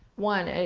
one,